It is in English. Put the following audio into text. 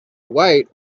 wait